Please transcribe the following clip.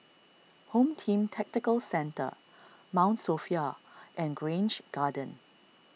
Home Team Tactical Centre Mount Sophia and Grange Garden